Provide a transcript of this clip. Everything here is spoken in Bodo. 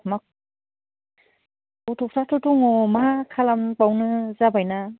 मा गथ'फ्राथ' दङ मा खालामबावनो जाबाय ना